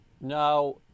Now